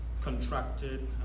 contracted